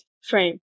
frame